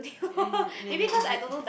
is really is it